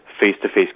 face-to-face